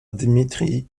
dmitri